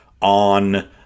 on